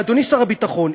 אדוני שר הביטחון,